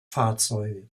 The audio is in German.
fahrzeuge